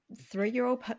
Three-year-old